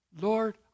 Lord